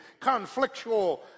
conflictual